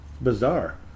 Bizarre